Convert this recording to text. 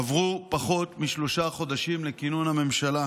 עברו פחות משלושה חודשים לכינון הממשלה.